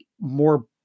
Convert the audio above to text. more